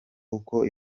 uko